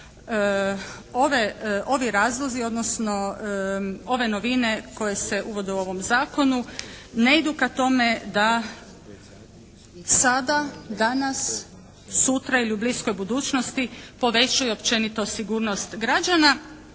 ovi razlozi odnosno ove novine koje se uvode u ovom zakonu ne idu ka tome da sada, danas, sutra ili u bliskoj budućnosti povećaju općenito sigurnost građana.